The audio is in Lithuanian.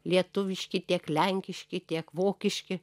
lietuviški tiek lenkiški tiek vokiški